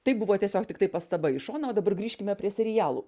tai buvo tiesiog tiktai pastaba į šoną o dabar grįžkime prie serialų